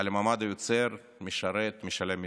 על המעמד היוצר, המשרת, משלם המיסים.